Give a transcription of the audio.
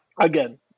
again